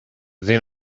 then